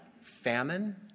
famine